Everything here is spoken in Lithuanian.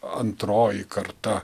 antroji karta